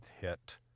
hit